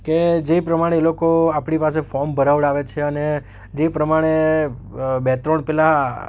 કે જે પ્રમાણે એ લોકો આપણી પાસે ફોમ ભરાવડાવે છે અને જે પ્રમાણે બે ત્રણ પેલા